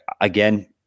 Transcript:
again